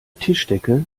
tischdecke